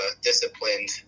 disciplined